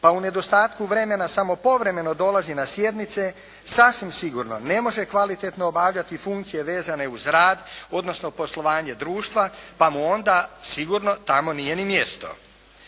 pa u nedostatku vremena samo povremeno dolazi na sjednice, sasvim sigurno ne može kvalitetno obavljati funkcije vezane uz rad, odnosno, poslovanje društva, pa mu onda sigurno tamo nije ni mjesto.